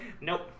Nope